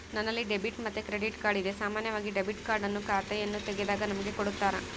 ನನ್ನಲ್ಲಿ ಡೆಬಿಟ್ ಮತ್ತೆ credit card ಇದೆ, ಸಾಮಾನ್ಯವಾಗಿ ಡೆಬಿಟ್ ಕಾರ್ಡ್ ಅನ್ನು ಖಾತೆಯನ್ನು ತೆಗೆದಾಗ ನಮಗೆ ಕೊಡುತ್ತಾರ